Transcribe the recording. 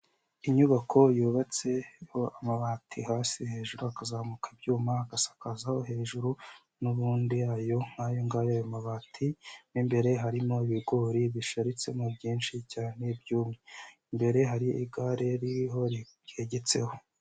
Inyubako yubatseho amabati hasi, hejuru hakazamuka ibyuma, hagasakazaho hejuru n'ubundi yayo, nk'ayo ngayo ayo mabati, mo imbere harimo ibigori bisharitsemo byinshi cyane byumye, imbere hari igare ririho ryegetseho.